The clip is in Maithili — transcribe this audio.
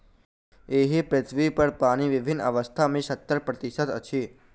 एहि पृथ्वीपर पानि विभिन्न अवस्था मे सत्तर प्रतिशत अछि